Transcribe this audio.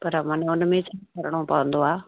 पर माना हुनमे ईच करिणो पवंदो आहे